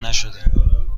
نشدیم